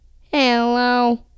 Hello